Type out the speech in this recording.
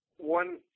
One